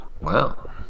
Wow